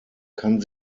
kann